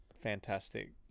fantastic